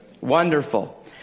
Wonderful